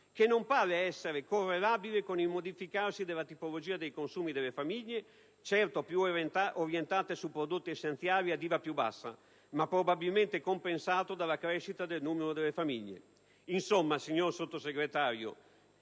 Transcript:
che non pare essere correlabile con il modificarsi della tipologia dei consumi delle famiglie, certo più orientate a prodotti essenziali ad IVA più bassa, ma probabilmente compensato dalla crescita del numero delle famiglie. Insomma, signor Sottosegretario,